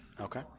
Okay